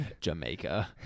Jamaica